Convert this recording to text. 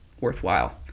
worthwhile